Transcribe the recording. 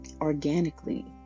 organically